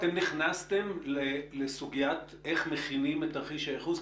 אתם נכנסתם לסוגיה איך מכינים את תרחיש הייחוס?